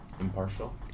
impartial